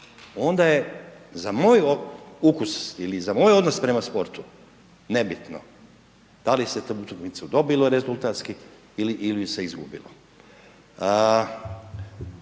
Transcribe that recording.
onda je za moj ukus ili za moj odnos prema sportu nebitno da li se tu utakmicu dobilo rezultatski ili ju se izgubilo.